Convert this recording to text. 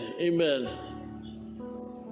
amen